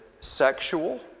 sexual